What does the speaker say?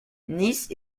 nice